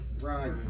Right